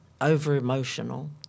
over-emotional